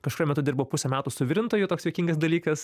kažkuriuo metu dirbau pusę metų suvirintoju toks juokingas dalykas